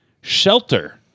shelter